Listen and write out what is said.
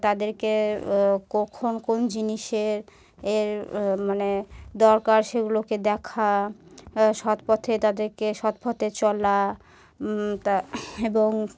তাদেরকে কখন কোন জিনিসের এর মানে দরকার সেগুলোকে দেখা সৎ পথে তাদেরকে সৎ পথে চলা তা এবং